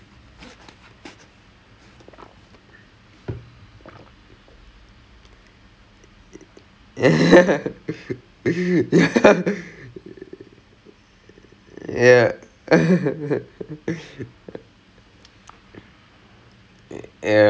professional ah இருக்க தெரியாதா உனக்கு:irukka theriyaathaa unakku and all that he got he got blasted and he's like நான்:naan professional னு எப்போடா சொன்னேன்:nu eppodaa sonnen he's looking at me he's looking at me நான் சொன்னேனா உன்கிட்டே நான்:naan sonennaa unkittae naan professional then after that he's like !aiyoyo! மனசிலே தப்பா நினைச்சிக்காதே விட்டிரு:manasilae thappaa ninaicchikkaathae vittiru